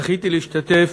זכיתי להשתתף